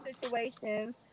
situations